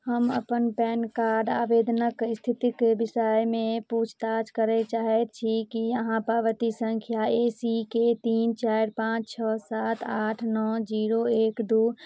हम अपन PAN card आवेदनक स्थितिक विषयमे पूछताछ करय चाहैत छी की अहाँ पावती संख्या ए सी के तीन चारि पाँच छओ सात आठ नओ जीरो एक दू